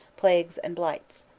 plagues, and blights.